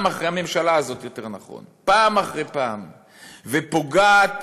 הממשלה הזאת, יותר נכון, פעם אחרי פעם, ופוגעת,